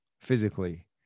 physically